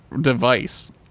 device